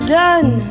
done